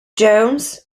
jones